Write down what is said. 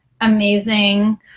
amazing